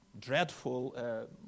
dreadful